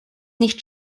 nicht